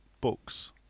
books